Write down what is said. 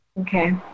Okay